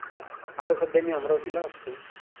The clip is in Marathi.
आता सध्या मी अमरावतीला असतो